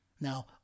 Now